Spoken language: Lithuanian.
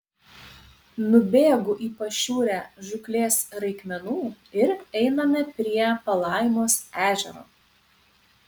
nubėgu į pašiūrę žūklės reikmenų ir einame prie palaimos ežero